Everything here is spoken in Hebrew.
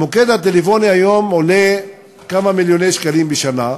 המוקד הטלפוני היום עולה כמה מיליוני שקלים בשנה.